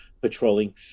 patrolling